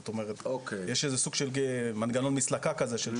זאת אומרת יש איזה סוג של מנגנון מסלקה כזה.